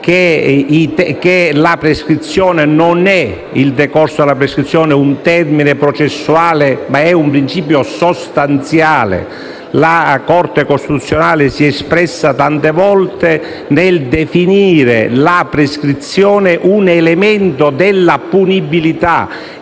secondo cui il decorso della prescrizione non è un termine processuale, ma un principio sostanziale. La Corte costituzionale si è espressa tante volte nel definire la prescrizione un elemento della punibilità.